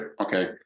Okay